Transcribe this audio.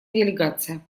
делегация